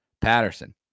Patterson